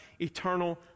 eternal